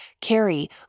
carry